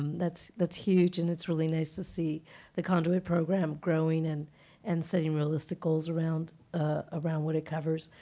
that's. that's huge. and it's really nice to see the conduit program growing and and setting realistic goals around ah around what it covers.